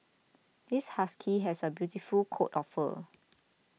this husky has a beautiful coat of fur